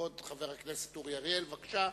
כבוד חבר הכנסת אורי אריאל, בבקשה.